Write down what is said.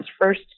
first